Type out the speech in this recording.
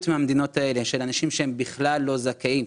מהמדינות האלה של אנשים שהם בכלל לא זכאים,